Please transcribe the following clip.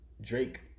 Drake